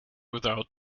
without